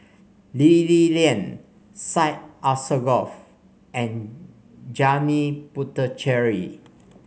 Lee Li Lian Syed Alsagoff and Janil Puthucheary